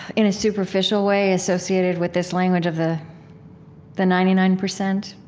in a superficial way, associated with this language of the the ninety nine percent,